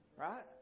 Right